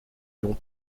long